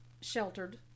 sheltered